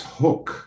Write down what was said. hook